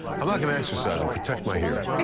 i'm not going to exercise and protect my hearing.